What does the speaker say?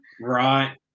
right